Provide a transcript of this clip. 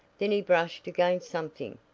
then he brushed against something.